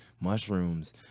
mushrooms